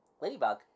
ladybug